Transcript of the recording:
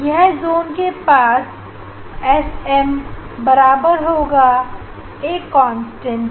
यह जॉन के पास एस एम बराबर होगा एक कांस्टेंट के